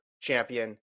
champion